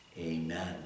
Amen